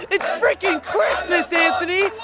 it's fricking christmas, anthony!